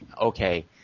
okay